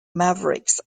mavericks